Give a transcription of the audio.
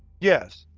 yes,